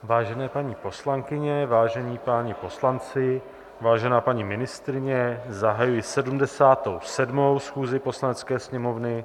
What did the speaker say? Vážené paní poslankyně, vážení páni poslanci, vážená paní ministryně, zahajuji 77. schůzi Poslanecké sněmovny.